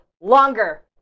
longer